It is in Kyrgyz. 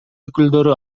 өкүлдөрү